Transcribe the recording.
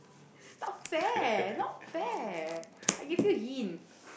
not fair not fair I give you hint